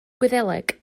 gwyddeleg